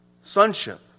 Sonship